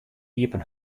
iepen